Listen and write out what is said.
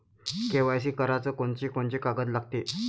KYC कराच कोनचे कोनचे कागद लागते?